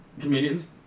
comedians